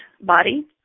Body